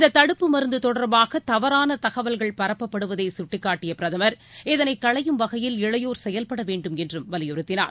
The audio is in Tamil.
இந்த தடுப்பு மருந்து தொடர்பாக தவறான தகவல்கள் பரப்பப்படுவதை சுட்டிக்காட்டிய பிரதமர் இதனை களையும் வகையில் இளையோர் செயல்பட வேண்டும் என்றும் வலியுறுத்தினார்